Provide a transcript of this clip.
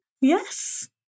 Yes